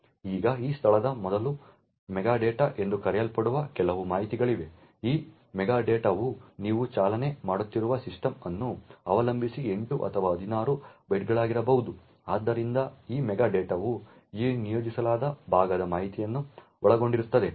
ಈಗ ಈ ಸ್ಥಳದ ಮೊದಲು ಮೆಟಾ ಡೇಟಾ ಎಂದು ಕರೆಯಲ್ಪಡುವ ಕೆಲವು ಮಾಹಿತಿಗಳಿವೆ ಈ ಮೆಟಾ ಡೇಟಾವು ನೀವು ಚಾಲನೆ ಮಾಡುತ್ತಿರುವ ಸಿಸ್ಟಮ್ ಅನ್ನು ಅವಲಂಬಿಸಿ 8 ಅಥವಾ 16 ಬೈಟ್ಗಳಾಗಿರಬಹುದು ಆದ್ದರಿಂದ ಈ ಮೆಟಾ ಡೇಟಾವು ಈ ನಿಯೋಜಿಸಲಾದ ಭಾಗದ ಮಾಹಿತಿಯನ್ನು ಒಳಗೊಂಡಿರುತ್ತದೆ